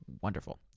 wonderful